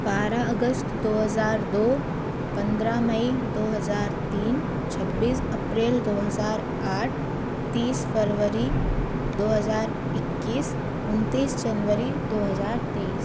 बारह अगस्त दो हज़ार दो पंद्रह मई दो हज़ार तीन छब्बीस अप्रैल दो हज़ार आठ तीस फरवरी दो हज़ार ईक्कीस उनतीस जनवरी दो हज़ार तेईस